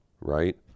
right